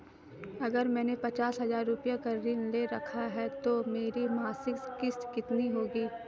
अगर मैंने पचास हज़ार रूपये का ऋण ले रखा है तो मेरी मासिक किश्त कितनी होगी?